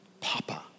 Papa